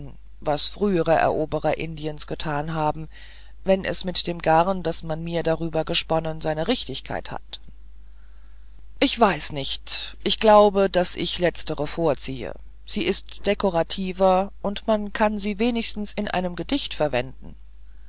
was frühere eroberer indiens getan haben wenn es mit dem garn das man mir darüber gesponnen seine richtigkeit hat ich weiß nicht ich glaube daß ich die letztere vorziehe sie ist dekorativer und man kann sie wenigstens in einem gedicht verwenden